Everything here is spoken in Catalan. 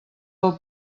del